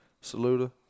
Saluda